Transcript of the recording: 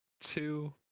two